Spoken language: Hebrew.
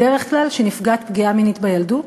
בדרך כלל כשנפגעת פגיעה מינית בילדות,